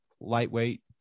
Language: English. lightweight